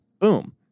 Boom